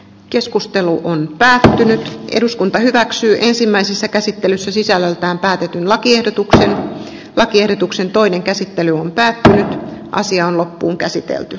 keskusteluun tähtää nyt eduskunta hyväksyy ensimmäisessä käsittelyssä sisällöltään päätetyn lakiehdotuksensa lakiehdotuksen toinen käsittely on päättäjien asia on loppuunkäsitelty